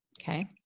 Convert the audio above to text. Okay